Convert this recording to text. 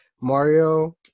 Mario